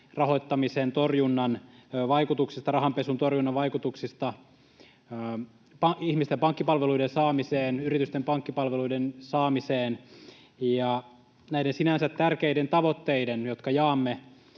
rahoittamisen torjunnan vaikutuksista, rahanpesun torjunnan vaikutuksista ihmisten pankkipalveluiden saamiseen ja yritysten pankkipalveluiden saamiseen. Näiden sinänsä tärkeiden tavoitteiden, jotka jaamme,